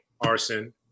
arson